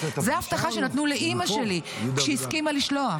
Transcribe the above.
זו ההבטחה שנתנו לאימא שלי כשהסכימה לשלוח.